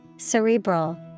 Cerebral